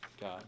God